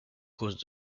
causes